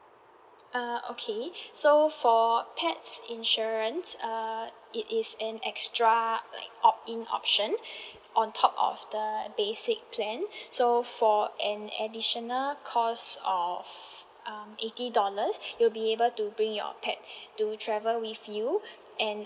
err okay so for pets insurance err it is an extra like opt in option on top of the basic plan so for an additional cost of um eighty dollars you'll be able to bring your pet to travel with you and